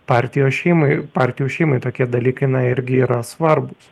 partijos šeimai partijų šeimai tokie dalykai na irgi yra svarbūs